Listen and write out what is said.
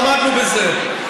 עמדנו בזה.